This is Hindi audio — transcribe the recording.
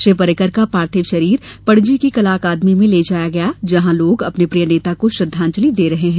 श्री पर्रिकर का पार्थिव शरीर पणजी की कला अकादमी में ले जाया गया जहां लोग अपने प्रिय नेता को श्रद्वांजलि दे रहे हैं